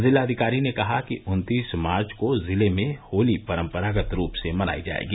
जिलाधिकारी ने कहा कि उत्तीस मार्च को जिले में होली परम्परागत रूप से मनायी जाएगी